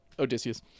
Odysseus